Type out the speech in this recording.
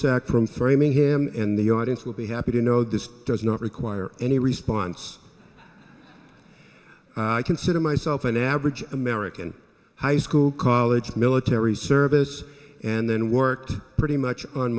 sacrum framing him in the audience will be happy to know this does not require any response i consider myself an average american high school college military service and then worked pretty much on